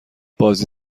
بازی